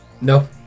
No